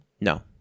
No